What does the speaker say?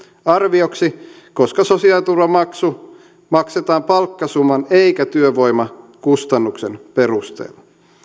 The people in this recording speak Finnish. arvioksi koska sosiaaliturvamaksu maksetaan palkkasumman eikä työvoimakustannuksen perusteella